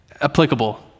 applicable